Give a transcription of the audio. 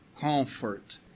comfort